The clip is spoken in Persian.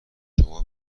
شما